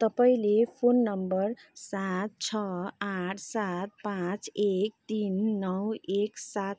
तपाईँँले phone number सात छ आठ सात पाँच एक तिन नौ एक सात